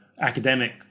academic